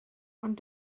ond